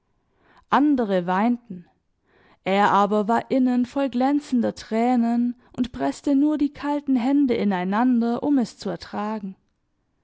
andere weinten er aber war innen voll glänzender tränen und preßte nur die kalten hände ineinander um es zu ertragen